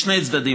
משני צדדים,